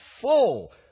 full